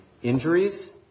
injuries